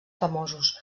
famosos